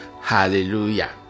hallelujah